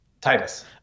Titus